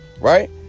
right